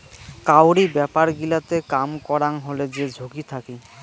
কাউরি ব্যাপার গিলাতে কাম করাং হলে যে ঝুঁকি থাকি